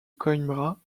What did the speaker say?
coimbra